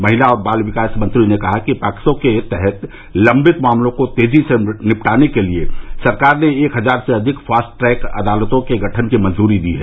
महिला और बाल विकास मंत्री ने कहा कि पॉक्सो के तहत लंबित मामलों को तेजी से निपटाने के लिए सरकार ने एक हजार से अधिक फास्ट ट्रैक अदालतों के गठन की मंजूरी दी है